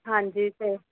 ਹਾਂਜੀ ਅਤੇ